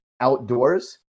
outdoors